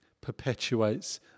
perpetuates